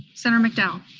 senator mcdowell?